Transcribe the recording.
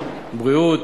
בריאות,